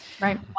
Right